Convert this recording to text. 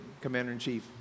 commander-in-chief